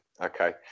Okay